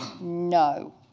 no